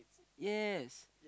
yes